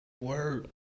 Word